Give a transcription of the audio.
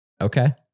Okay